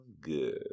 good